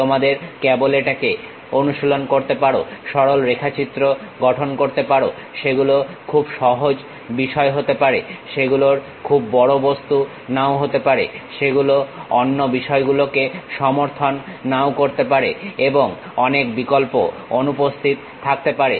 তোমরা কেবল এটাকে অনুশীলন করতে পারো সরল রেখাচিত্র গঠন করতে পারো সেগুলো খুব সহজ বিষয় হতে পারে সেগুলোর খুব বড় বস্তু নাও থাকতে পারে সেগুলো অন্য বিষয়গুলোকে সমর্থন নাও করতে পারে এবং অনেক বিকল্প অনুপস্থিত থাকতে পারে